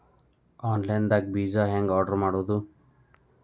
Online ದಾಗ ಬೇಜಾ ಹೆಂಗ್ ಆರ್ಡರ್ ಮಾಡೋದು?